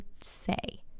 say